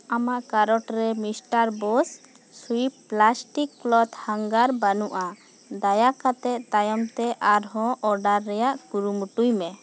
ᱟᱢᱟᱜ ᱠᱟᱨᱚᱴ ᱨᱮ ᱢᱤᱥᱴᱟᱨ ᱵᱳᱥ ᱥᱩᱭᱤᱯ ᱯᱞᱟᱥᱴᱤᱠ ᱠᱞᱚᱛᱷ ᱦᱟᱝᱜᱟᱨ ᱵᱟᱱᱩᱜᱼᱟ ᱫᱟᱭᱟ ᱠᱟᱛᱮᱫ ᱛᱟᱭᱚᱢ ᱛᱮ ᱟᱨᱦᱚᱸ ᱚᱰᱟᱨ ᱨᱮᱭᱟᱜ ᱠᱩᱨᱩᱢᱩᱴᱩᱭ ᱢᱮ